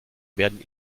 werden